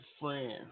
friend